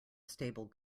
stable